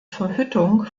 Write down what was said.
verhüttung